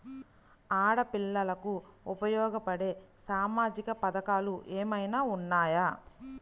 ఆడపిల్లలకు ఉపయోగపడే సామాజిక పథకాలు ఏమైనా ఉన్నాయా?